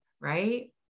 right